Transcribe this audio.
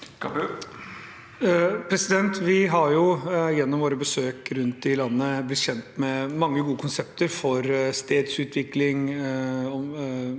Vi har gjennom våre besøk rundt i landet blitt kjent med mange gode konsepter for stedsutvikling,